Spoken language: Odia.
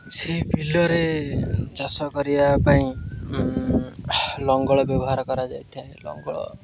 ସେ ବିଲରେ ଚାଷ କରିବା ପାଇଁ ଲଙ୍ଗଳ ବ୍ୟବହାର କରାଯାଇଥାଏ ଲଙ୍ଗଳ